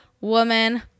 woman